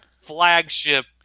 flagship